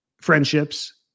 friendships